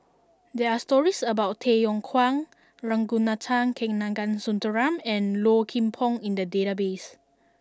there are stories about Tay Yong Kwang Ragunathar Kanagasuntheram and Low Kim Pong in the database